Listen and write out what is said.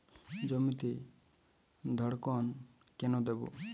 জমিতে ধড়কন কেন দেবো?